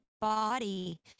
body